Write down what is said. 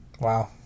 wow